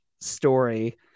story